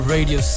Radio